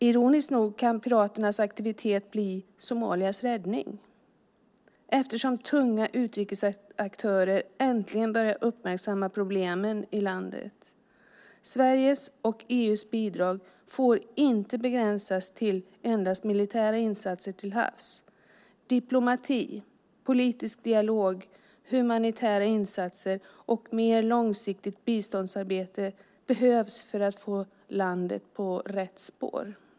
Ironiskt nog kan piraternas aktivitet bli Somalias räddning eftersom tunga utrikesaktörer äntligen börjar uppmärksamma problemen i landet. Sveriges och EU:s bidrag får inte begränsas till endast militära insatser till havs. Diplomati, politisk dialog, humanitära insatser och mer långsiktigt biståndsarbete behövs för att få landet på rätt spår.